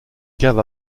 caves